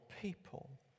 people